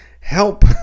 Help